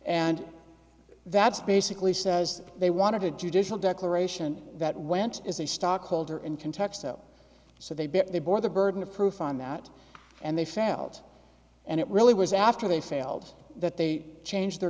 and that's basically says they wanted a judicial declaration that went as a stockholder in kentucky so they bit they bore the burden of proof on that and they failed and it really was after they failed that they changed their